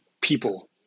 people